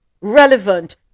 relevant